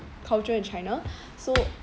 culture in china so